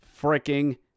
freaking